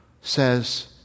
says